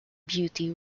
beauty